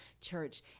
church